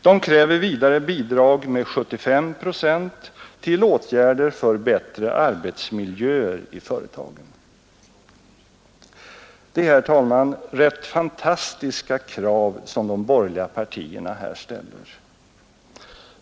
De kräver vidare bidrag med 75 procent till åtgärder för bättre arbetsmiljöer i företagen. Det är, herr talman, rätt fantastiska krav som de borgerliga partierna här ställer.